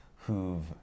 who've